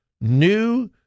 new